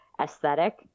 aesthetic